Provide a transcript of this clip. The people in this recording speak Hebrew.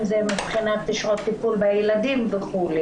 אם זה מבחינת שעות טיפול בילדים וכו'.